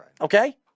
Okay